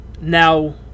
now